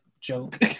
joke